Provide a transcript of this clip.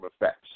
effects